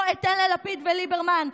לא אתן ללפיד וליברמן.